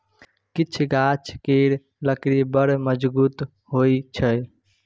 किछु गाछ केर लकड़ी बड़ मजगुत होइ छै